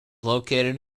located